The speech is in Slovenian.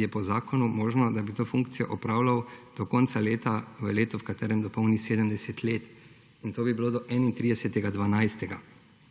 je po zakonu možno, da bi to funkcijo opravljal do konca leta v letu, v katerem dopolni 70 let. In to bi bilo do 31. 12.